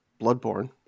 Bloodborne